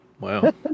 Wow